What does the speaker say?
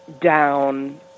down